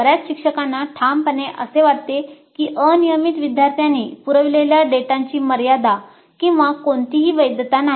बर्याच शिक्षकांना ठामपणे असे वाटते की "अनियमित" विद्यार्थ्यांनी पुरविलेल्या डेटाची मर्यादा किंवा कोणतीही वैधता नाही